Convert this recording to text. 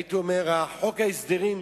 הייתי אומר, חוק ההסדרים,